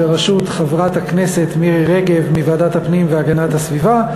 בראשות חברת הכנסת מירי רגב מוועדת הפנים והגנת הסביבה.